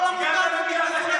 כל המוטציות נכנסו מנתב"ג.